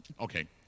Okay